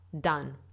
done